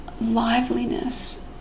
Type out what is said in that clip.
liveliness